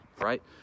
right